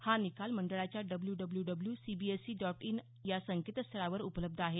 हा निकाल मंडळाच्या W W W C B S E dot N I C dot in या संकेतस्थळावर उपलब्ध आहे